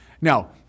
now